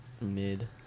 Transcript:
mid